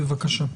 בבקשה.